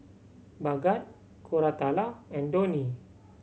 Bhagat Koratala and Dhoni